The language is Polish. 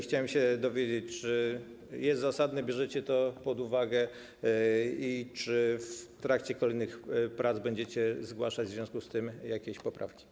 Chciałem się dowiedzieć, czy jest zasadne, czy bierzecie to pod uwagę i czy w trakcie kolejnych prac będziecie zgłaszać w związku z tym jakieś poprawki.